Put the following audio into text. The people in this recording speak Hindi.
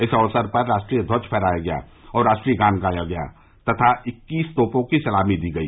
इस अवसर पर राष्ट्रीय ध्वज फहराया गया और राष्ट्रीय गान गाया गया तथा इक्कीस तोपों की सलामी दी गई